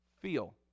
feel